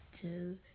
two